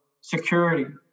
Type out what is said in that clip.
security